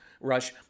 rush